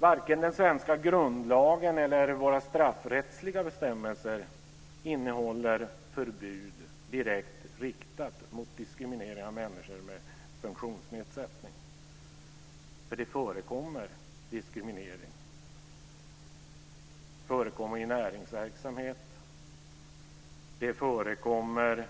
Varken den svenska grundlagen eller våra straffrättsliga bestämmelser innehåller förbud direkt riktat mot diskriminering av människor med funktionsnedsättning, men det förekommer diskriminering. Det förekommer i näringsverksamhet, det förekommer